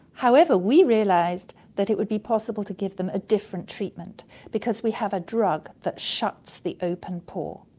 however, we realised that it would be possible to give them a different treatment because we have a drug that shuts the open pore.